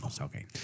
Okay